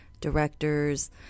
directors